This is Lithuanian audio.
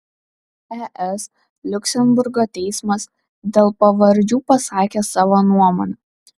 es liuksemburgo teismas dėl pavardžių pasakė savo nuomonę